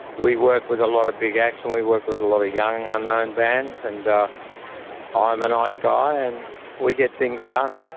we work with a lot of big acts and we work with a lot of young ah unknown bands, and ah i'm a nice guy and we get things done.